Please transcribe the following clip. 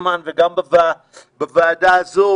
וגם בוועדה הזו,